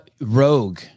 rogue